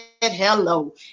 hello